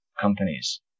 companies